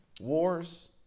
Wars